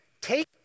take